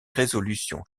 résolutions